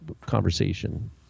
conversation